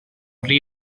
rhy